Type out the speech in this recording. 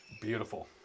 Beautiful